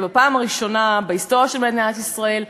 ובפעם הראשונה בהיסטוריה של מדינת ישראל,